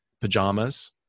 pajamas